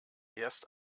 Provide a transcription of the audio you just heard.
erst